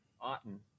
Otten